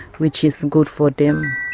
which is good for them.